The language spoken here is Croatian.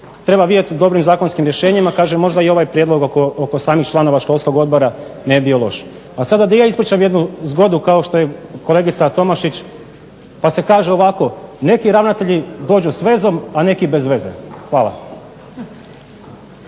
Treba vidjeti dobrim zakonskim rješenjima, kažem možda i ovaj prijedlog oko samih članova školskog odbora ne bi bio loš. A sada da i ja ispričam jednu zgodu kao što je kolegica Tomašić. Pa se kaže ovako, neki ravnatelji dođu s vezom, a neki bezveze. Hvala.